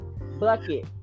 bucket